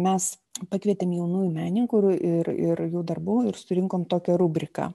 mes pakvietėm jaunųjų menininkų ir ir jų darbų ir surinkome tokią rubriką